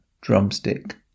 drumstick